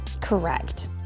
Correct